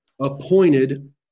appointed